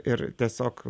ir tiesiog